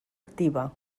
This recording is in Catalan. activa